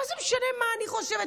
מה זה משנה מה אני חושבת,